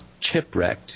Chipwrecked